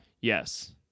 Yes